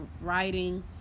writing